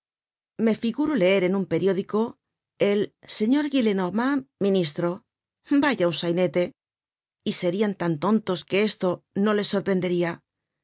me figuro leer en un periódico el señor gillenormand ministro vaya un sainete y serian tan tontos que esto no les sorprenderia